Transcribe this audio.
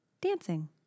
Dancing